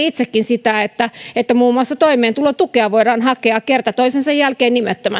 itsekin sitä että että muun muassa toimeentulotukea voidaan hakea kerta toisensa jälkeen nimettömänä